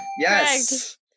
Yes